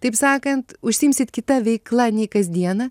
taip sakant užsiimsit kita veikla nei kasdieną